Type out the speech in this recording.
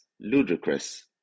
ludicrous